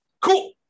cool